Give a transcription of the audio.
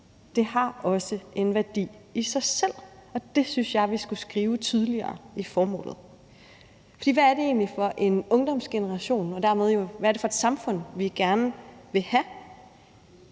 Det har også en værdi i sig selv, og det synes jeg vi skulle skrive tydeligere i formålet. For hvad er det egentlig for en ungdomsgeneration og hvad er det dermed for et samfund, vi gerne vil have?